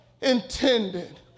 intended